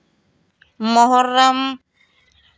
Muharram